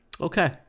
okay